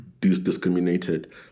discriminated